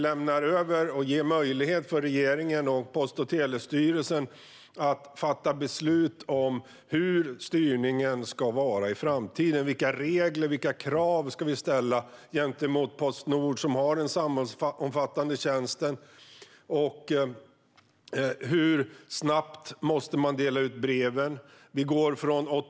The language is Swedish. Det ger möjlighet för regeringen och Post och telestyrelsen att fatta beslut om hur styrningen ska vara i framtiden och vilka regler och krav som ska gälla för Postnord som har den samhällsomfattande tjänsten. Det handlar till exempel om hur snabbt breven måste delas ut.